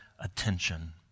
attention